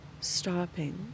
Stopping